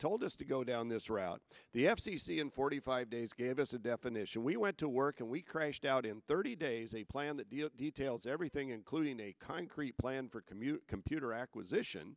told us to go down this route the f c c in forty five days gave us a definition we went to work and we crashed out in thirty days a plan that the details everything including a concrete plan for community computer acquisition